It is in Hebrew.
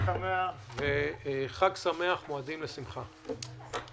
חג שמח ומועדים לשמחה.